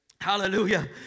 Hallelujah